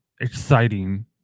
exciting